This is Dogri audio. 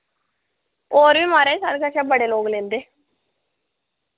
और वि माराज साढ़े कशा बड़े लोक लैंदे